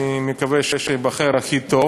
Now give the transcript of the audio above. אני מקווה שייבחר הכי טוב.